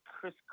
Chris